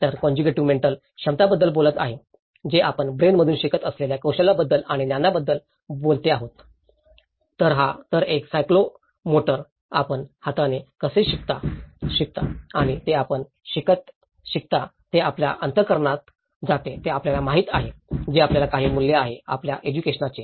तर cognitive mental क्षमतांबद्दल बोलत आहे जे आपण ब्रेन मधून शिकत असलेल्या कौशल्यांबद्दल आणि ज्ञानाबद्दल बोलते आहे तर एक सायकोमोटर आपण हाताने कसे शिकता आणि जे आपण शिकता जे आपल्या अंत करणात जाते जे आपल्याला माहित आहे जे आपल्याला काही मूल्य आहे आपल्या एज्युकेशनाचे